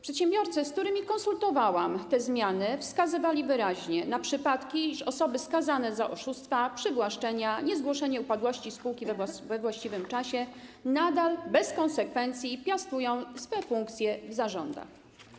Przedsiębiorcy, z którymi konsultowałam te zmiany, wskazywali wyraźnie na przypadki, kiedy osoby skazane za oszustwa, przywłaszczenia, niezgłoszenie upadłości spółki we właściwym czasie nadal, bez konsekwencji, piastują swe funkcje w zarządach.